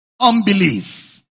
Unbelief